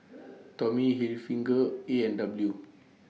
Tommy Hilfiger A and W